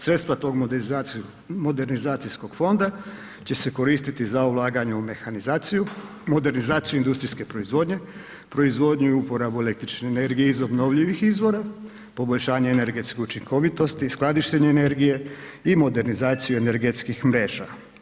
Sredstva tog modernizacijskog fonda će se koristiti za ulaganje u mehanizaciju, modernizaciju industrijske proizvodnje, proizvodnju i uporabu električne energije iz obnovljivih izvora, poboljšanje energetske učinkovitosti, skladištenje energije i modernizaciju energetskih mreža.